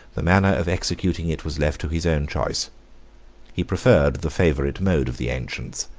the manner of executing it was left to his own choice he preferred the favorite mode of the ancients,